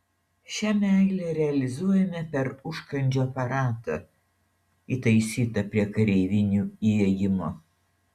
šią meilę realizuojame per užkandžių aparatą įtaisytą prie kareivinių įėjimo